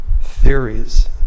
theories